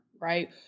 right